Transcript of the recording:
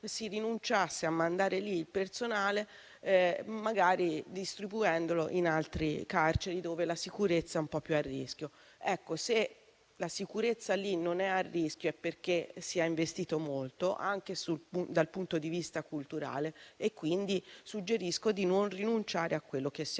si rinunciasse a mandarvi del personale, magari distribuendolo in altre carceri dove la sicurezza è più a rischio. Se in questo carcere la sicurezza non è a rischio è perché si è investito molto anche dal punto di vista culturale e, quindi, suggerisco di non rinunciare a quanto si